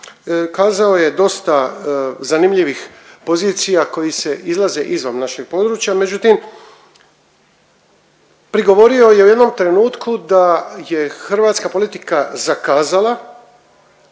kazao je dosta zanimljivih pozicija koje se izlaze izvan našeg područja, međutim, prigovorio je u jednom trenutku da je hrvatska politika zakazala